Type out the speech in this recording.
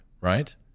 right